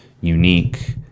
unique